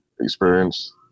experience